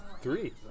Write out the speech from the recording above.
Three